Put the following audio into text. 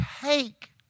take